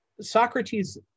Socrates